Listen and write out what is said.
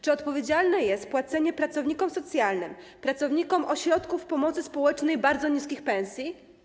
Czy odpowiedzialne jest płacenie pracownikom socjalnym, pracownikom ośrodków pomocy społecznej bardzo niskich pensji?